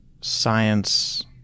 science